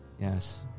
Yes